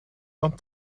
dan